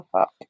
up